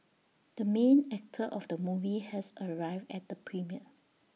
the main actor of the movie has arrived at the premiere